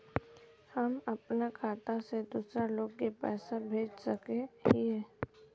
हम अपना खाता से दूसरा लोग के पैसा भेज सके हिये?